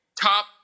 Top